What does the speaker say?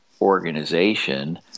organization